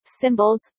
symbols